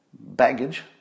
Baggage